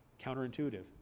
Counterintuitive